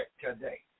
today